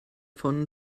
von